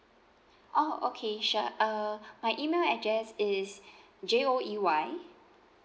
oh okay sure uh my email address is J O E Y